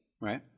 right